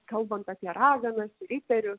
kalbant apie raganas riterius